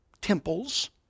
temples